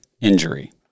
injury